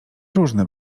różne